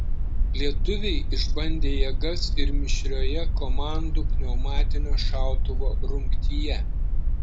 lietuviai išbandė jėgas ir mišrioje komandų pneumatinio šautuvo rungtyje